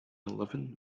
eleven